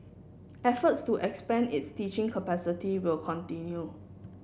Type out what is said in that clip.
efforts to expand its teaching capacity will continue